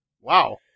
Wow